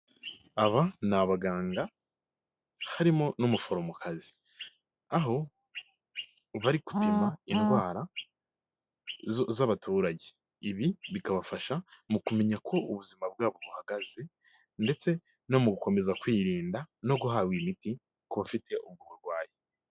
Aba ni abaganga harimo n'umuforomokazi, aho bari gupima indwara z'abaturage, ibi bikabafasha mu kumenya uko ubuzima bwabo buhagaze ndetse no mu gukomeza kwirinda no guhabwa imiti ku bafite ubwo burwayi.